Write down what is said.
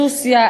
סוסיא,